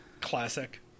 classic